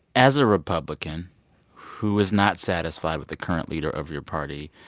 as a republican who is not satisfied with the current leader of your party,